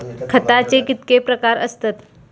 खताचे कितके प्रकार असतत?